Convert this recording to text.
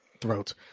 throat